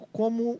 como